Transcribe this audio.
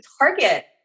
Target